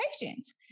patients